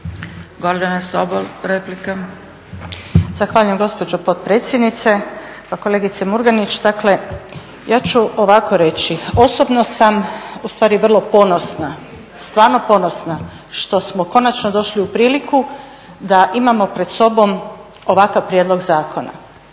Gordana (SDP)** Zahvaljujem gospođo potpredsjednice. Pa kolegice Murganić, dakle ja ću ovako reći, osobno sam ustvari vrlo ponosna, stvarno ponosna što smo konačno došli u priliku da imamo pred sobom ovakav prijedlog zakona.